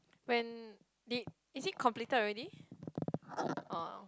when did is it completed already oh